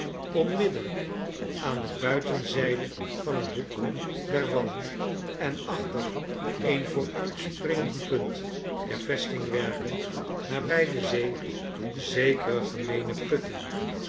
onmiddellijk aan de buitenzijde van een hoek der wallen en achter een vooruitspringend punt der vestingwerken nabij de zee zekere gem eene putten